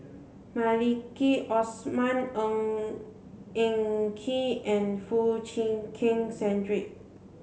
Maliki Osman Ng Eng Kee and Foo Chee Keng Cedric